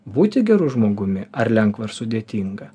būti geru žmogumi ar lengva ar sudėtinga